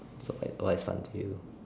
so wait what is fun to you